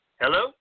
Hello